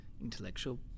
intellectual